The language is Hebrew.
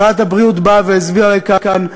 שרת הבריאות באה והסבירה כאן,